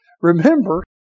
remember